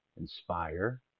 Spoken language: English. inspire